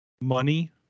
money